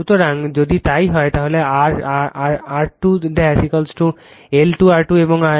সুতরাং যদি তাই হয় তাহলে R2 L 2 R2 এবং X2 K 2 X2